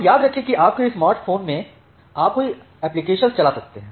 अब याद रखें कि अपने स्मार्टफोन में आप कई एप्लीकेशंस चला सकते हैं